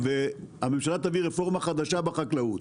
והממשלה תביא רפורמה חדשה בחקלאות,